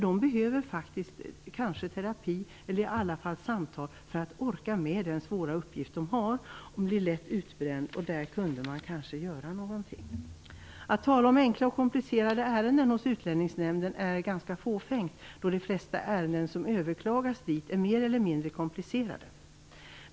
De behöver kanske terapi eller i alla fall samtal för att orka med den svåra uppgift som de har. De blir lätt utbrända. Där kunde man kanske göra någonting. Att tala om enkla och komplicerade ärenden hos Utlänningsnämnden är ganska fåfängt då de flesta ärenden som överklagas dit är mer eller mindre komplicerade.